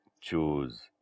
choose